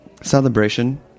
celebration